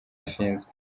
ashinzwe